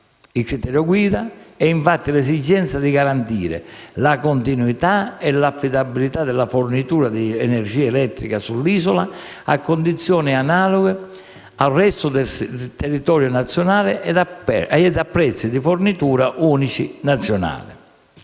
Il criterio guida è, infatti, l'esigenza di garantire la continuità e l'affidabilità della fornitura di energia elettrica sull'isola a condizioni analoghe al resto del territorio nazionale e a prezzi di fornitura unici nazionali.